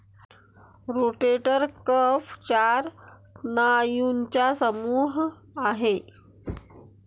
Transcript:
rotator cuff चार स्नायूंचा समूह आहे